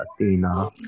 Athena